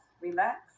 Relax